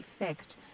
effect